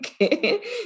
okay